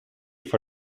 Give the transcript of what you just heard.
for